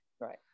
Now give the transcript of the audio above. Right